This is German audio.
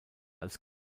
als